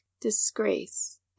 disgrace